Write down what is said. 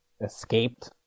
escaped